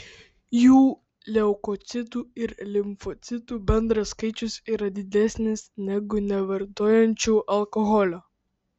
jų leukocitų ir limfocitų bendras skaičius yra didesnis negu nevartojančiųjų alkoholio